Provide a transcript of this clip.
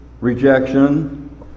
rejection